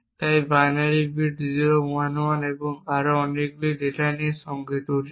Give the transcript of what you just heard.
তাই এই binary bit 011 এবং আরও অনেকগুলি ডেটা নিয়ে গঠিত